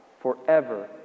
forever